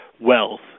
wealth